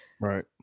Right